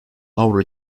avro